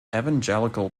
evangelical